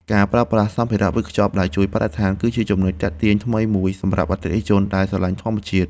ការប្រើប្រាស់សម្ភារៈវេចខ្ចប់ដែលជួយបរិស្ថាន គឺជាចំណុចទាក់ទាញថ្មីមួយសម្រាប់អតិថិជនដែលស្រឡាញ់ធម្មជាតិ។